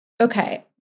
Okay